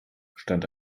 stand